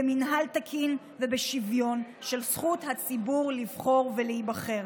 במינהל תקין ובשוויון של זכות הציבור לבחור ולהיבחר.